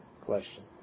question